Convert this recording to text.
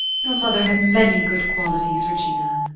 your mother had many good qualities, regina.